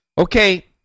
Okay